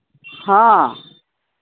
ᱦᱮᱸ